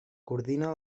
coordina